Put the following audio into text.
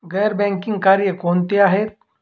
गैर बँकिंग कार्य कोणती आहेत?